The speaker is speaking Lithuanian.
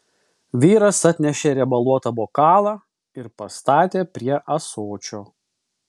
vyras atnešė riebaluotą bokalą ir pastatė prie ąsočio